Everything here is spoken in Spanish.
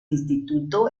instituto